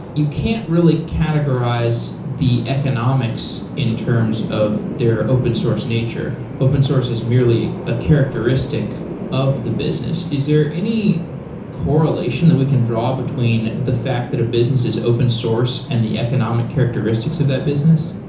you can't really categorize the economics in terms of their open source nature. open source is merely a characteristic of the business. is there any correlation that we can draw between the fact that a business is open-source and the economic characteristics of that business?